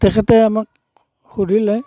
তেখেতে আমাক সুধিলে